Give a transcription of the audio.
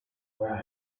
where